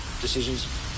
decisions